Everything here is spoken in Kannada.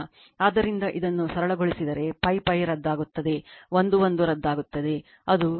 ಆದ್ದರಿಂದ ಇದನ್ನು ಸರಳಗೊಳಿಸಿದರೆ ಪೈ ಪೈ ರದ್ದುಗೊಳ್ಳುತ್ತದೆ l l ರದ್ದುಗೊಳ್ಳುತ್ತದೆ ಅದು2 3 r 2 r 2 ಆಗಿರುತ್ತದೆ